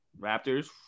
Raptors